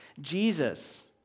Jesus